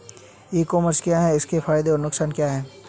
ई commerce क्या है इसके फायदे और नुकसान क्या है?